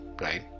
right